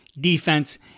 defense